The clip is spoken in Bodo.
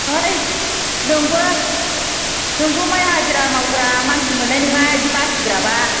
है नोंबो नोंबो माय हाजिरा मावग्रा मानसि मोननाय नङा बिदि बासिग्राबा